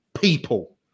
people